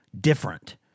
different